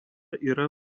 yra